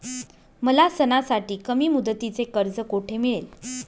मला सणासाठी कमी मुदतीचे कर्ज कोठे मिळेल?